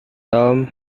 tom